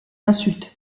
insulte